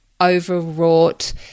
overwrought